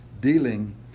dealing